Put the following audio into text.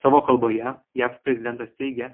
savo kalboje jav prezidentas teigė